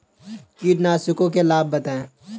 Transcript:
कीटनाशकों के लाभ बताएँ?